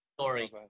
story